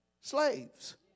slaves